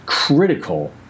Critical